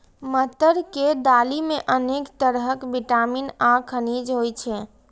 मटर के दालि मे अनेक तरहक विटामिन आ खनिज होइ छै